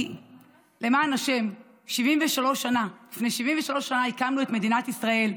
כי למען השם, לפני 73 שנה הקמנו את מדינת ישראל.